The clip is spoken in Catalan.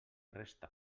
resta